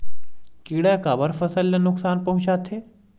किड़ा काबर फसल ल नुकसान पहुचाथे?